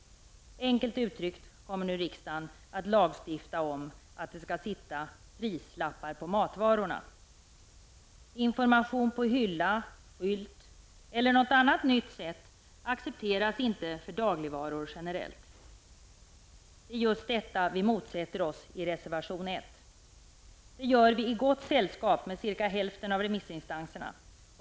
Enkelt uttryckt kommer nu riksdagen att lagstifta om, att det skall sitta prislappar på matvarorna. Information på hylla eller skylt eller något annat nytt sätt accepteras generellt inte för dagligvaror. Det är just detta vi motsätter oss i reservation 1. Det gör vi i gott sällskap med cirka hälften av remissinstanserna.